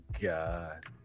God